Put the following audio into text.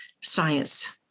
science